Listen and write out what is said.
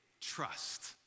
trust